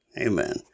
amen